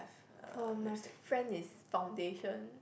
for my friend is foundation